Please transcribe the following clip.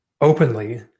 openly